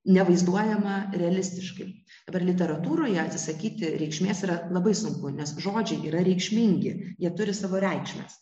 nevaizduojama realistiškai dabar literatūroje atsisakyti reikšmės yra labai sunku nes žodžiai yra reikšmingi jie turi savo reikšmes